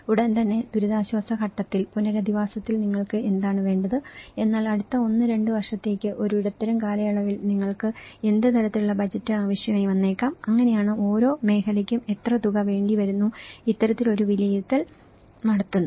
ഉടൻ തന്നെ ദുരിതാശ്വാസ ഘട്ടത്തിൽ പുനരധിവാസത്തിൽ നിങ്ങൾക്ക് എന്താണ് വേണ്ടത് എന്നാൽ അടുത്ത 1 2 വർഷത്തേക്ക് ഒരു ഇടത്തരം കാലയളവിൽ നിങ്ങൾക്ക് എന്ത് തരത്തിലുള്ള ബജറ്റ് ആവശ്യമായി വന്നേക്കാം അങ്ങനെയാണ് ഓരോ മേഖലയ്ക്കും എത്ര തുക വേണ്ടിവരുന്നു ഇത്തരത്തിൽ ഒരു വിലയിരുത്തൽ നടത്തുന്നു